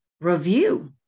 review